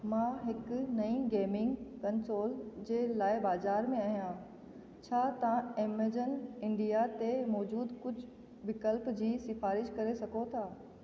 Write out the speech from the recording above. मां हिकु नई गेमिंग कंसोल जे लाइ ॿाज़ारि में आहियां छा तव्हां एमेजॉन इंडिया ते मौजूदु कुझु विकल्पु जी सिफ़ारिश करे सघो था